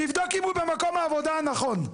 שיבדוק אם הוא במקום העבודה הנכון.